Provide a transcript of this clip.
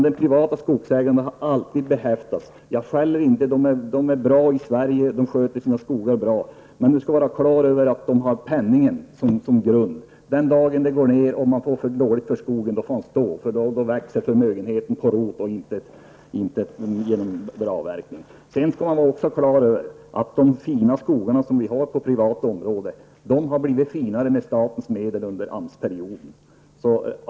Det privata skogsägarna har alltid behäftats -- jag skäller inte, de är bra i Sverige och sköter sina skogar -- med penningen som grund. Det skall vi ha klart för oss. Den dagen konjunkturen går ner och man får för dåligt betalt för skogen får den stå. Då växer förmögenheten på rot och inte genom avverkning. Vi skall även ha klart för oss att de fina skogar som vi har på privata områden har blivit finare med statliga medel under AMS-perioder.